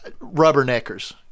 rubberneckers